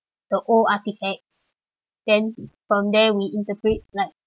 the old artefact then from there we interpret like how history